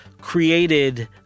created